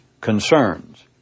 concerns